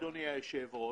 אדוני היושב-ראש